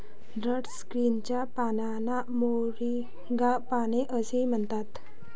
drumstick च्या पानांना moringa पाने असेही म्हणतात